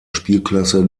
spielklasse